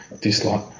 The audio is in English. dislike